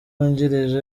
wungirije